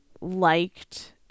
liked